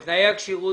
גם תנאי כשירות.